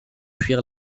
fuir